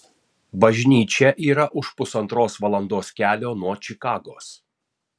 bažnyčia yra už pusantros valandos kelio nuo čikagos